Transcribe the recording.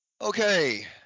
Okay